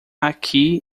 aqui